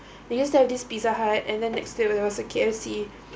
they used to have this pizza hut and then next to it there was a K_F_C